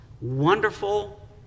wonderful